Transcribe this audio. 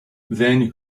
then